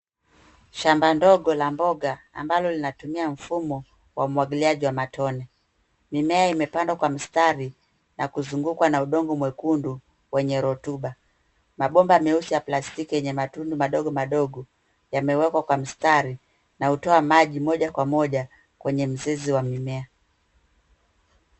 Shamba dogo la mboga, ambalo lina mfumo wa umwagiliaji wa matone. Mimea imepandwa kwa mistari na imezungukwa na udongo mwekundu wenye rutuba. Mabomba madogo ya plastiki yenye matundu madogo yamewekwa kwa mistari na hutoa maji moja kwa moja kwenye mizizi ya mimea.